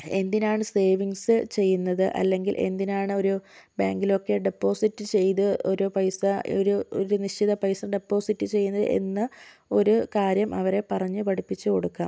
എന്തിനാണ് സേവിങ്സ് ചെയ്യുന്നത് അല്ലെങ്കിൽ എന്തിനാണ് ഒരു ബാങ്കിലൊക്കെ ഡെപ്പോസിറ്റ് ചെയ്ത് ഒരു പൈസ ഒരു നിശ്ചിത പൈസ ഡെപ്പോസിറ്റ് ചെയ്യുന്നതെന്ന് ഒരു കാര്യം അവരെ പറഞ്ഞു പഠിപ്പിച്ചു കൊടുക്കാം